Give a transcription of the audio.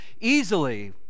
easily